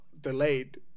delayed